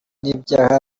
n’ibyaha